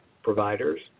Providers